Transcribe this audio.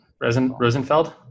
Rosenfeld